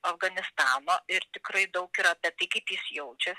afganistano ir tikrai daug yra apie tai kaip jis jaučias